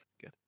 good